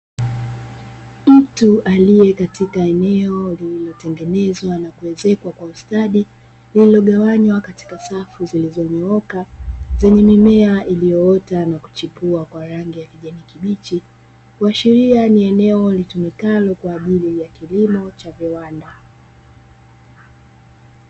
Mtu aliye katika eneo lililotengenezwa na kuezekwa kwa ustadi liligawanywa katika safu zilizonyooka zenye mimea iliyoota na kuchipua kwa rangi ya kijani kibichi, kuashiria ni eneo litumikalo kwa ajili ya kilimo cha viwanda.